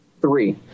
three